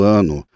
Ano